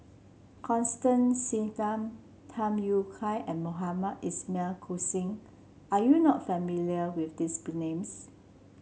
Constance Singam Tham Yui Kai and Mohamed Ismail Hussain Are you not familiar with these names